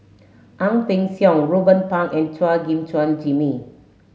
Ang Peng Siong Ruben Pang and Chua Gim Chuan Jimmy